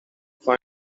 find